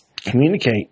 Communicate